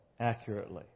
accurately